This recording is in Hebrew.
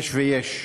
יש ויש.